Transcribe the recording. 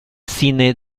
cine